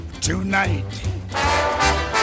tonight